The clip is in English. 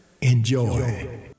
enjoy